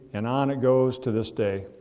and on it goes to this day.